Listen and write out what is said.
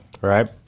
right